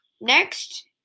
Next